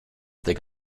they